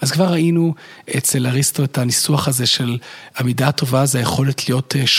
אז כבר ראינו אצל אריסטו את הניסוח הזה של המידה הטובה, זו היכולת להיות ש